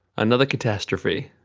another catastrophe,